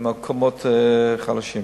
למקומות חלשים.